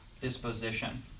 disposition